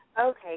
Okay